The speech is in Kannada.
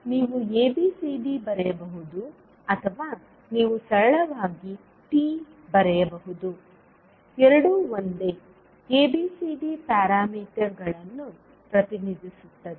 ಆದ್ದರಿಂದ ನೀವು ABCD ಬರೆಯಬಹುದು ಅಥವಾ ನೀವು ಸರಳವಾಗಿ T ಬರೆಯಬಹುದು ಎರಡೂ ಒಂದೇ ABCD ಪ್ಯಾರಾಮೀಟರ್ಗಳನ್ನು ಪ್ರತಿನಿಧಿಸುತ್ತದೆ